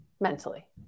Mentally